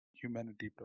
humanity